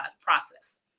process